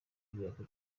w’imyaka